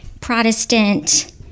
Protestant